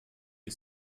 die